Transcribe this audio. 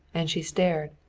and she started.